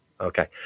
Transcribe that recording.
Okay